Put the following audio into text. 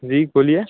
जी बोलिए